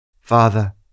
Father